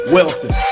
Wilson